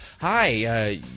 hi